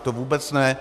To vůbec ne.